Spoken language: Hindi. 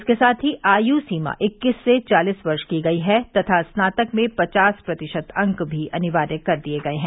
इसके साथ ही आय् सीमा इक्कीस से चालीस वर्ष की गयी है तथा स्नातक में पचास प्रतिशत अंक भी अनिवार्य कर दिये गये हैं